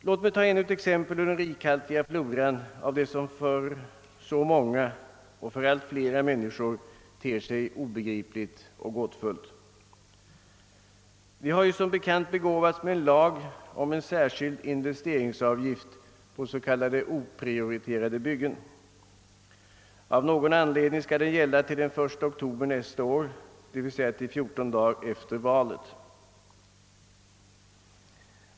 Låt mig ta ännu ett exempel ur den rikhaltiga floran av det som för så många och för alltfler ter sig obegripligt och gåtfullt. Vi har som bekant begåvats med en lag om en särskild investeringsavgift på s.k. oprioriterade byggen. Av någon anledning skall den gälla till den 1 oktober nästa år, d.v.s. till fjorton dagar efter valet.